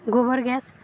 ଗୋବର ଗ୍ୟାସ୍